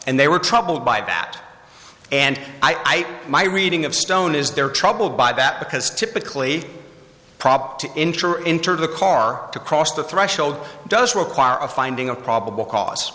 and they were troubled by that and i put my reading of stone is they're troubled by that because typically prop to enter into the car to cross the threshold does require a finding of probable cause